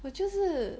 我就是